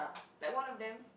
like one of them